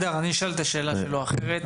הדר, אני אשאל את השאלה שלו אחרת.